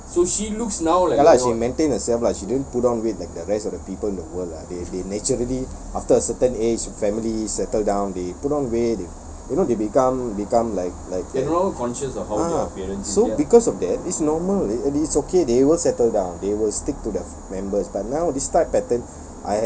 ya lah she mantain herself lah she didn't put on weight like the rest of the people in the world ah they they naturally after a certain age family settle down they put on weight you know they become become like like ah so because of that it's normal and it's okay they will settle down they will stick to the members but now this type of pattern